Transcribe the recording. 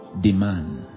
demand